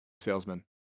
salesman